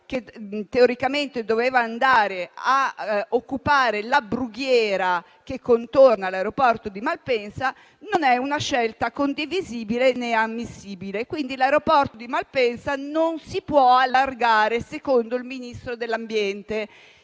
che teoricamente doveva andare a occupare la brughiera che contorna l'aeroporto di Malpensa, non è una scelta condivisibile né ammissibile e, quindi, l'aeroporto di Malpensa non si può allargare. Questo secondo il Ministro dell'ambiente